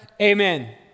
amen